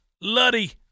Luddy